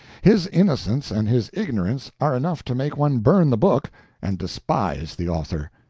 his innocence and his ignorance are enough to make one burn the book and despise the author.